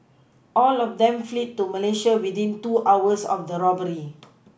all of them fled to Malaysia within two hours of the robbery